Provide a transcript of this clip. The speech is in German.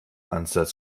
ansatz